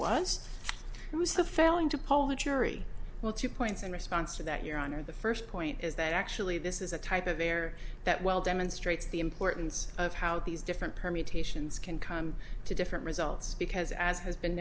was it was the failing to poll the jury well two points in response to that your honor the first point is that actually this is a type of error that well demonstrates the importance of how these different permutations can come to different results because as has been